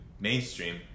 Mainstream